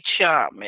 Charm